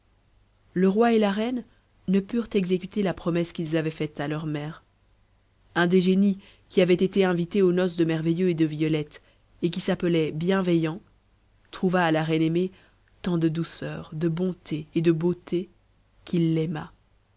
le roi et la reine ne purent exécuter la promesse qu'ils avaient faite à leur mère un des génies qui avaient été invités aux noces de merveilleux et de violette et qui s'appelait bienveillant trouva à la reine aimée tant de douceur de bonté et de beauté qu'il